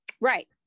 Right